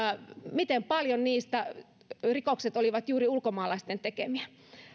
miten paljon niistä rikoksista oli juuri ulkomaalaisten tekemiä